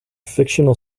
fictional